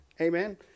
Amen